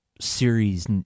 series